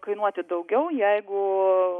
kainuoti daugiau jeigu